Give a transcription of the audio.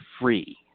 free